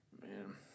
Man